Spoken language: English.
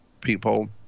people